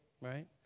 right